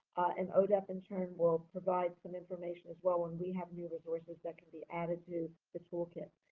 and odep in turn will provide some information, as well, when we have new resources that can be added to the toolkit.